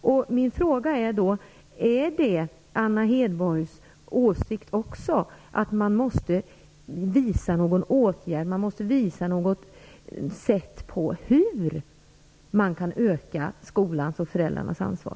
Min fråga är då: Är det Anna Hedborgs åsikt att man måste ange ett sätt för hur man kan öka skolans och föräldrarnas ansvar?